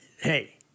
hey